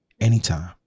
anytime